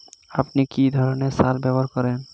আপনি কী ধরনের সার ব্যবহার করেন?